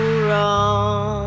wrong